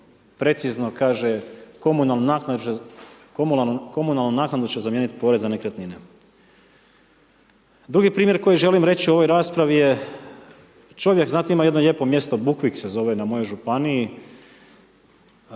precizno, kaže komunalnu naknadu će zamijeniti porez na nekretnine. Drugi primjer koji želim reći u ovoj raspravi je, čovjek znate ima jedno lijepo mjesto Bukvik se zove na mojoj županiji,